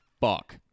fuck